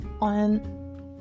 on